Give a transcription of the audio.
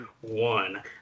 one